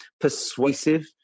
persuasive